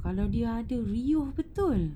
kalau dia ada riuh betul